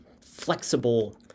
flexible